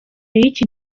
y’iki